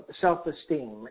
self-esteem